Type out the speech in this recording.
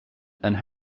and